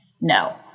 No